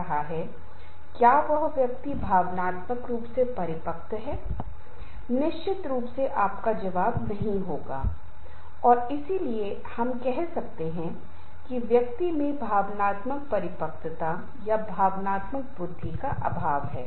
वह लिखते हैं कि जब भी संगत गतिविधियां होती हैं तो संघर्ष मौजूद रहता है जो एक अन्य कार्रवाई के साथ असंगत है वह रोकता है बाधा डालता है या किसी तरह से यह काम को कम प्रभावी बनाता है